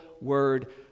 Word